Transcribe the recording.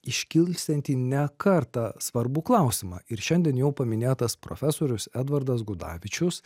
iškilsiantį ne kartą svarbų klausimą ir šiandien jau paminėtas profesorius edvardas gudavičius